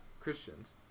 Christians